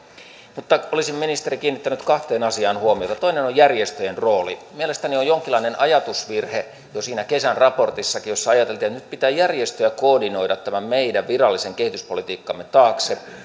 mutta olisin ministeri kiinnittänyt kahteen asiaan huomiota toinen on järjestöjen rooli mielestäni on jonkinlainen ajatusvirhe jo siinä kesän raportissakin jossa ajateltiin että nyt pitää järjestöjä koordinoida tämän meidän virallisen kehityspolitiikkamme taakse